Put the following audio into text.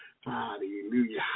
hallelujah